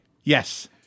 Yes